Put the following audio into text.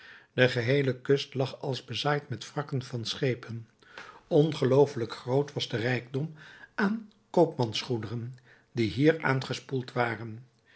de geheele kust lag als bezaaid met wrakken van schepen ongeloofelijk groot was de rijkdom aan koopmansgoederen die hier aangespoeld waren